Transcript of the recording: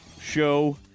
Show